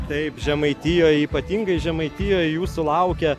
taip žemaitijoje ypatingai žemaitijoje jūsų laukia